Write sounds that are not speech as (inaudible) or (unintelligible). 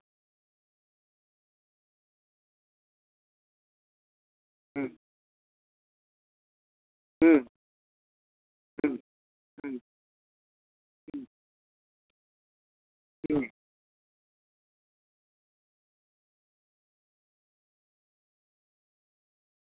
(unintelligible)